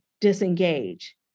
disengage